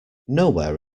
nowhere